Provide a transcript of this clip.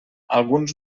alguns